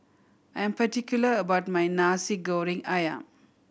I am particular about my Nasi Goreng Ayam